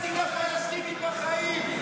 מדינה פלסטינית בחיים.